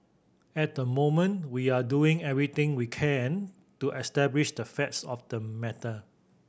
at the moment we are doing everything we can to establish the facts of the matter